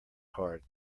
card